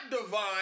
divine